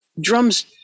Drums